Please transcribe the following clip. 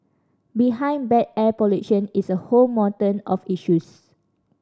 behind bad air pollution is a whole mountain of issues